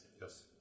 Yes